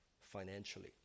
financially